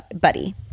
buddy